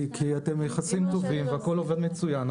כי אתם ביחסים טובים והכול עובד מצוין,